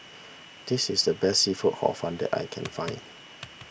this is the best Seafood Hor Fun that I can find